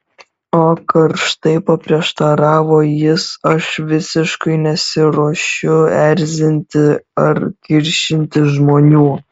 o karštai paprieštaravo jis aš visiškai nesiruošiu erzinti ar kiršinti žmonių